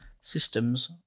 systems